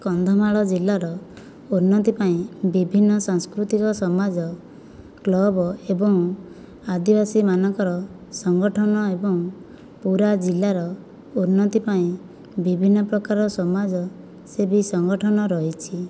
କନ୍ଧମାଳ ଜିଲ୍ଲାର ଉନ୍ନତି ପାଇଁ ବିଭିନ୍ନ ସାଂସ୍କୃତିକ ସମାଜ କ୍ଲବ ଏବଂ ଆଦିବାସୀ ମାନଙ୍କର ସଂଗଠନ ଏବଂ ପୁରା ଜିଲ୍ଲାର ଉନ୍ନତି ପାଇଁ ବିଭିନ୍ନ ପ୍ରକାର ସମାଜ ସେବି ସଂଗଠନ ରହିଛି